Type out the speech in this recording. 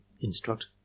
instruct